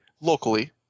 locally